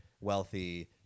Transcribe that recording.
wealthy